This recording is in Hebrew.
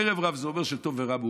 ערב רב זה אומר שטוב ורע מעורבים.